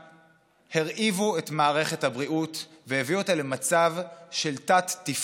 הרעיבו את מערכת הבריאות והביאו אותה למצב של תת-תפקוד.